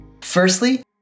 Firstly